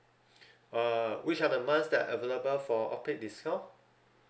uh which are the months that available for off peak discount